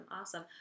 Awesome